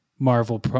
Marvel